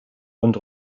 und